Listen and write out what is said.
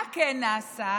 מה כן נעשה?